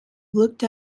looked